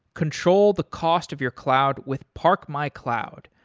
control the cost of your cloud with parkmycloud.